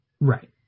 Right